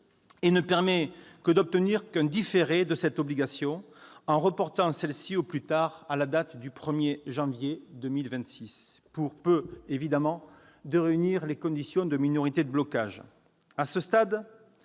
et ne permet que d'obtenir un différé de cette obligation, en reportant celle-ci au plus tard au 1 janvier 2026, pour peu que soient réunies les conditions de minorité de blocage. À ce stade,